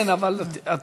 כן, אבל את